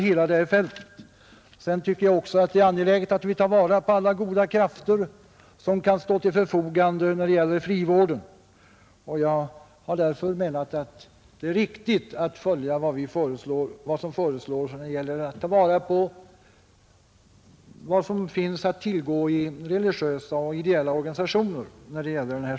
Sedan tycker jag också att det är angeläget att vi tar vara på alla goda krafter som kan stå till förfogande när det gäller frivården. Jag har därför menat att det är riktigt att följa vad vi föreslår i fråga om att ta vara på vad som finns att tillgå i detta avseende i religiösa och ideella organisationer.